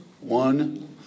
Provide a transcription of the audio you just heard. One